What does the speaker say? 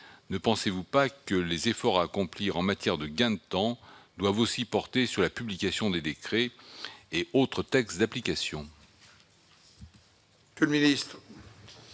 ne pensez-vous pas que les efforts à accomplir en matière de gain de temps doivent aussi porter sur la publication des décrets et autres textes d'application ?